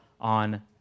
on